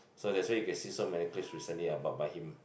so that's why you can see so many place recently up by him